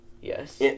Yes